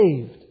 Saved